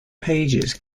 pages